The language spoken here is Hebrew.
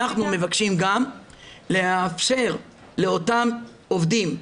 אנחנו מבקשים גם לאפשר לאותם עובדים,